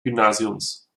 gymnasiums